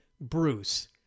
Bruce